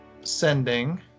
sending